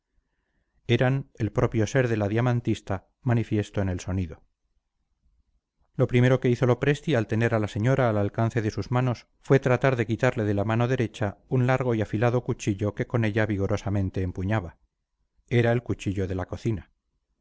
eran el propio ser de la diamantista manifiesto en el sonido lo primero que hizo lopresti al tener a la señora al alcance de sus manos fue tratar de quitarle de la mano derecha un largo y afilado cuchillo que con ella vigorosamente empuñaba era el cuchillo de la cocina